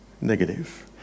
negative